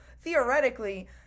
theoretically